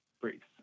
Briefs